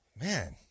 Man